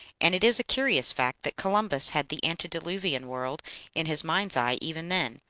and it is a curious fact that columbus had the antediluvian world in his mind's eye even then,